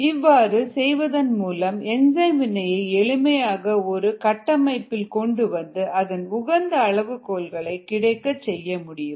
இவ்வாறு செய்வதன் மூலம் என்சைம் வினையை எளிமையான ஒரு கட்டமைப்பில் கொண்டு வந்து அதன் உகந்த அளவுகோல்களை கிடைக்கச் செய்ய முடியும்